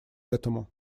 этому